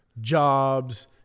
jobs